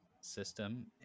system